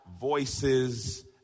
Voices